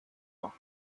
box